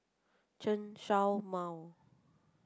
Chen Show Mao